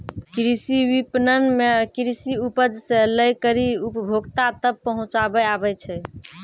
कृषि विपणन मे कृषि उपज से लै करी उपभोक्ता तक पहुचाबै आबै छै